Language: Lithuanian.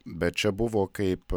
bet čia buvo kaip